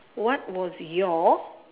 what was your